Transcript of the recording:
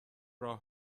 راه